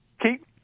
Keep